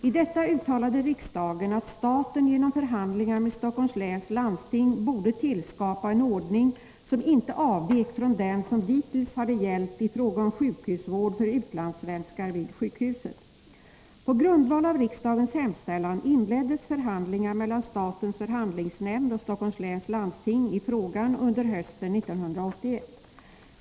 I detta uttalade riksdagen att staten genom förhandlingar med Stockholms läns landsting borde tillskapa en ordning som inte avvek från den som dittills hade gällt i fråga om sjukhusvård för utlandssvenskar vid sjukhuset. På grundval av riksdagens hemställan inleddes förhandlingar mellan statens förhandlingsnämnd och Stockholms läns landsting i frågan under hösten 1981.